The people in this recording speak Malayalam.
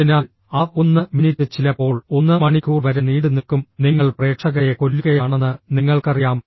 അതിനാൽ ആ 1 മിനിറ്റ് ചിലപ്പോൾ 1 മണിക്കൂർ വരെ നീണ്ടുനിൽക്കും നിങ്ങൾ പ്രേക്ഷകരെ കൊല്ലുകയാണെന്ന് നിങ്ങൾക്കറിയാം